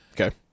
Okay